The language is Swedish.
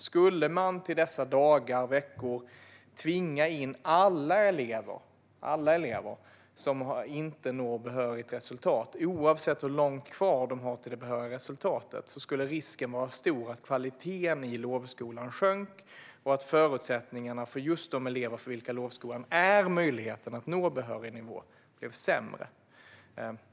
Skulle man till dessa dagar och veckor tvinga in alla elever som inte når ett resultat för att bli behöriga, oavsett hur långt de har kvar tills de ska nå detta resultat, skulle risken vara stor för att kvaliteten i lovskolan sjunker och att förutsättningarna för just de elever för vilka lovskolan är en möjlighet att nå behörig nivå blir sämre.